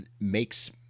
makes –